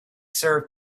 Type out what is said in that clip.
serve